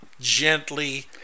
gently